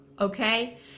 okay